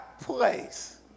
place